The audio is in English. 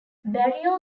barrio